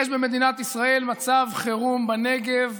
יש במדינת ישראל מצב חירום בנגב.